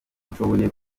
nshoboye